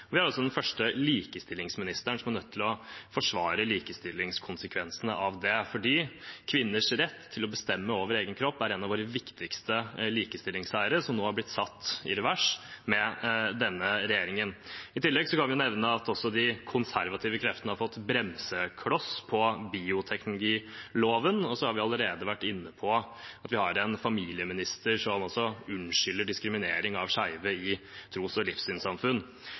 Vi har altså den første likestillingsministeren som er nødt til å forsvare likestillingskonsekvensene av det, fordi kvinners rett til å bestemme over egen kropp er en av våre viktigste likestillingsseire, som nå er blitt satt i revers med denne regjeringen. I tillegg kan vi også nevne at de konservative kreftene har satt bremsekloss på bioteknologiloven. Så har vi allerede vært inne på at vi har en familieminister som unnskylder diskriminering av skeive i tros- og livssynssamfunn.